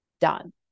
done